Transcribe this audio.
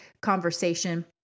conversation